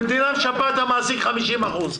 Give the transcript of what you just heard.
המדינה משפה את המעסיק 50%,